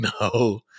no